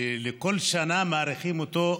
שכל שנה מאריכים אותו,